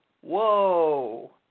Whoa